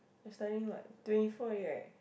you studying what twenty four year right